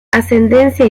ascendencia